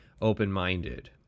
open-minded